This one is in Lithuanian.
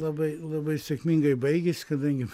labai labai sėkmingai baigės kadangi